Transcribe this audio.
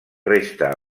resta